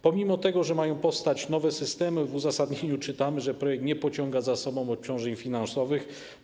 Pomimo tego, że mają powstać nowe systemy, w uzasadnieniu czytamy, że projekt nie pociąga za sobą obciążeń finansowych.